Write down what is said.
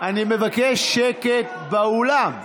אני מבקש שקט באולם,